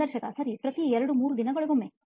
ಸಂದರ್ಶಕಸರಿ ಪ್ರತಿ ಎರಡು ಮೂರು ದಿನಗಳಿಗೊಮ್ಮೆ